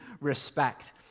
respect